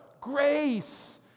Grace